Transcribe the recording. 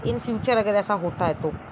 इन future अगर ऐसा होता है तो